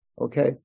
Okay